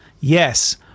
yes